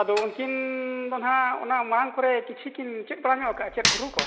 ᱟᱫᱚ ᱩᱱᱠᱤᱱᱫᱚ ᱱᱟᱦᱟᱜ ᱚᱱᱟ ᱢᱟᱲᱟᱝ ᱠᱚᱨᱮ ᱠᱤᱪᱷᱤᱠᱤᱱ ᱪᱮᱫ ᱵᱟᱲᱟᱧᱚᱜ ᱟᱠᱟᱫᱟ ᱪᱮᱫ ᱨᱩᱠᱚ